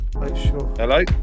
Hello